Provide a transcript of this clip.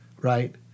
Right